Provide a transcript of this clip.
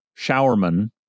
Showerman